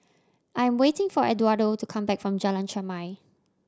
I am waiting for Edwardo to come back from Jalan Chermai